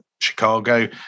Chicago